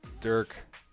Dirk